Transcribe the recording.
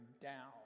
down